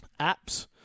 apps